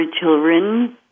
children